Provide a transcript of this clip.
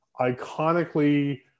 iconically